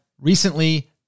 recently